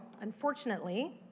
unfortunately